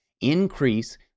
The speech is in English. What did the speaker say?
increase